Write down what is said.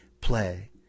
play